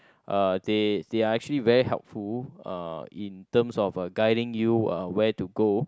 uh they they are actually very helpful uh in terms of uh guiding you uh where to go